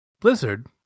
blizzard